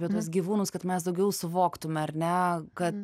apie tuos gyvūnus kad mes daugiau suvoktume ar ne kad